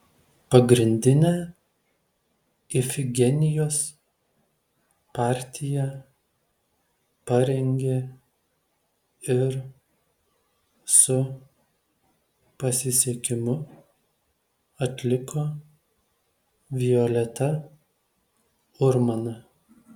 pagrindinę ifigenijos partiją parengė ir su pasisekimu atliko violeta urmana